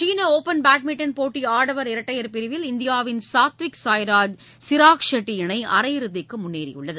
சீன open badminton போட்டி ஆடவர் இரட்டையர் பிரிவில் இந்தியாவின் சாத்விக் சாய்ராஜ் சிராக் ஷெட்டி இணை அரையிறுதிக்கு முன்னேறியுள்ளது